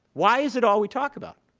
why is it all we talk about?